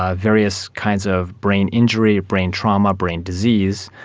ah various kinds of brain injury, brain trauma, brain disease,